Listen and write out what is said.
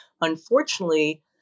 unfortunately